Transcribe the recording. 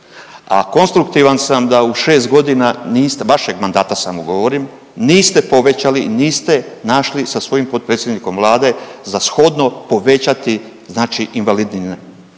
a konstruktivan sam da u 6.g. niste, vašeg mandata samo govorim, niste povećali i niste našli sa svojim potpredsjednikom vlade za shodno povećati znači invalidnine,